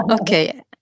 Okay